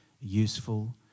useful